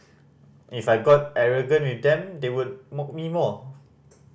if I got arrogant with them they would mock me more